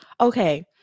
okay